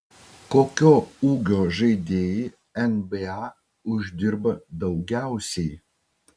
kokio ūgio žaidėjai nba uždirba daugiausiai